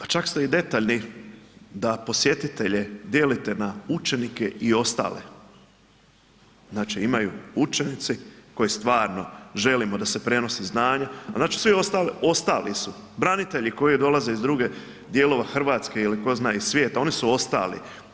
A čak ste i detaljni da posjetitelje dijelite na učenike i ostale, znači imaju učenici koje stvarno želimo da se prenosi znanje, a svi ostali su branitelji koji dolaze iz drugih dijelova Hrvatske ili ko zna iz svijeta, oni su ostali.